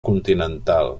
continental